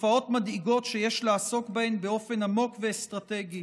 ותופעות מדאיגות שיש לעסוק בהן באופן עמוק ואסטרטגי,